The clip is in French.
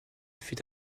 fut